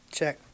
Check